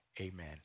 amen